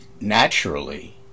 naturally